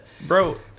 bro